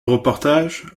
reportage